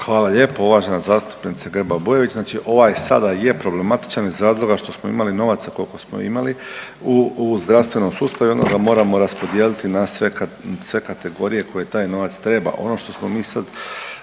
Hvala lijepo. Uvažena zastupnice Grba Bujević, znači ovaj sada je problematičan iz razloga što smo imali novaca koliko smo imali u zdravstvenom sustavu i onda ga moramo raspodijeliti na sve kategorije koje taj novac treba. Ono što smo mi sada